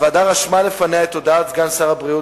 "הוועדה רשמה לפניה את הודעת סגן שר הבריאות,